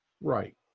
Right